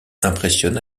impressionne